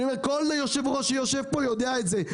כל יושב-ראש שנמצא פה יודע את זה.